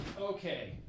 Okay